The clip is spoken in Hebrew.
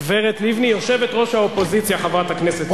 הגברת לבני יושבת-ראש האופוזיציה, חברת הכנסת.